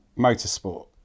motorsport